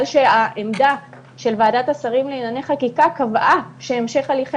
שהעמדה של ועדת השרים לענייני חקיקה קבעה שהמשך הליכי